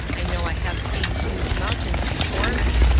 i know i have seen huge mountains before me,